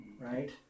Right